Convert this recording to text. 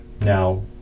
Now